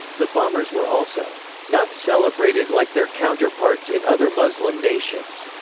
the bombers were also not celebrated like their counterparts in other muslim nations.